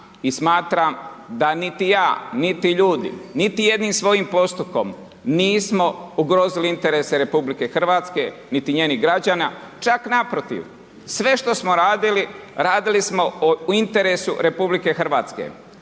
smatram da niti ja, niti ljudi, niti jednim svojim postupkom, nismo ugrozili interese RH, niti njenih građana, čak naprotiv, sve što smo radili, radili smo u interesu RH, a